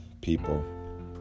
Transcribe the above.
people